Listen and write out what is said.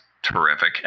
Terrific